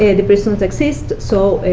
ah the prisons exist, so